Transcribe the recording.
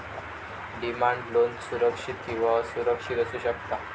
demand loan सुरक्षित किंवा असुरक्षित असू शकता